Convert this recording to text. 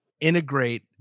Integrate